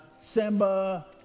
Simba